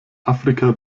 afrika